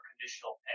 conditional